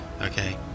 Okay